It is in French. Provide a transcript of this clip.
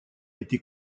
été